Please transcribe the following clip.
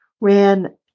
ran